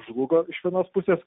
žlugo iš vienos pusės